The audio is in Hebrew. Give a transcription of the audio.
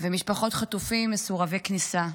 ומשפחות חטופים מסורבות כניסה.